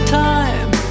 time